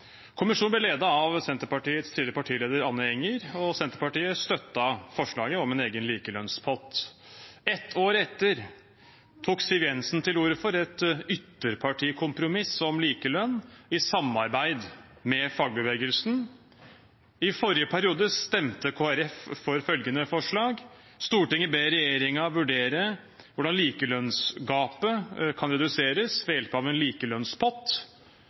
Kommisjonen ble ledet av Senterpartiets tidligere partileder, Anne Enger, og Senterpartiet støttet forslaget om en egen likelønnspott. Ett år etter tok Siv Jensen til orde for et ytterpartikompromiss om likelønn, i samarbeid med fagbevegelsen. I forrige periode stemte Kristelig Folkeparti for følgende forslag: «Stortinget ber regjeringen vurdere hvordan lønnsgapet mellom kvinner og menn kan reduseres og elimineres ved hjelp av en likelønnspott.»